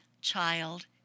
child